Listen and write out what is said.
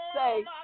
say